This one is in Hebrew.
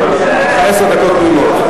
יש לך עשר דקות תמימות.